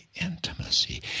intimacy